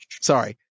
sorry